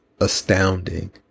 astounding